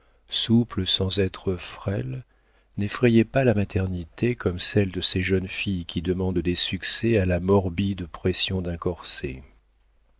souple sans être frêle n'effrayait pas la maternité comme celle de ces jeunes filles qui demandent des succès à la morbide pression d'un corset